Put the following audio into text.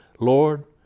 Lord